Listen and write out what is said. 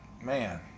man